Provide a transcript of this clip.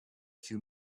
few